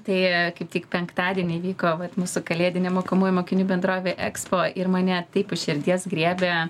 tai kaip tik penktadienį vyko vat mūsų kalėdinė mokomųjų mokinių bendrovė expo ir mane taip už širdies griebė